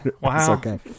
Wow